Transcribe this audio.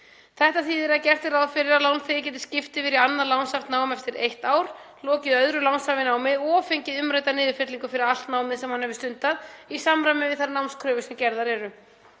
Þetta þýðir að gert er ráð fyrir að lánþegi geti skipt yfir í annað lánshæft nám eftir eitt ár, lokið öðru lánshæfu námi og fengið umrædda niðurfellingu fyrir allt námið sem hann hefur stundað í samræmi við þær námskröfur sem gerðar eru.